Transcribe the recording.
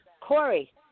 Corey